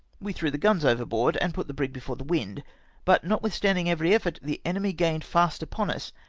we threw the guns overboard, and put the brig before the wind but notwithstanding every effort, the enemy gained fast upon us,